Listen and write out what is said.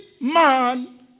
man